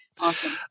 Awesome